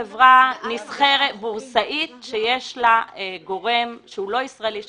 חברה בורסאית שיש לה גורם שהוא לא ישראלי שמחזיק.